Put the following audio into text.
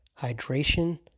hydration